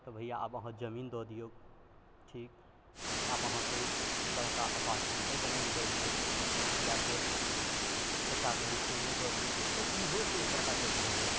तऽ भय्या आब अहाँ जमीन दऽ दियौ ठीक आब अहाँ कोइ बड़का अपार्टमेन्टे बनाकऽ दइ दियौ या फिर पचास भरि सोने दऽ दियौ तऽ इहो तऽ एक प्रकारके दहेजे छियै